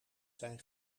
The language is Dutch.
zijn